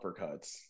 uppercuts